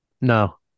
No